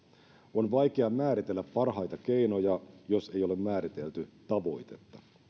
on vaikea määritellä parhaita keinoja jos ei ole määritelty tavoitetta